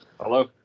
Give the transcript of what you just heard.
Hello